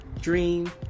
dream